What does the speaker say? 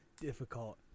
difficult